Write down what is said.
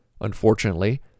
Unfortunately